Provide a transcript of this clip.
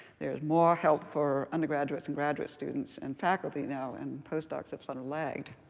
there is more help for undergraduate and graduate students, and faculty now and postdocs have sort of lagged.